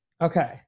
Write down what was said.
Okay